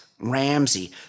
Ramsey